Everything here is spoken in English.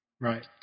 right